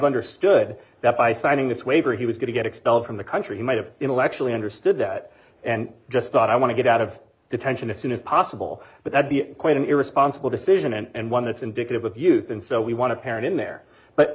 understood that by signing this waiver he was going to get expelled from the country he might have intellectually understood that and just thought i want to get out of detention as soon as possible but that be quite an irresponsible decision and one that's indicative of youth and so we want to parent in there but